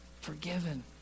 forgiven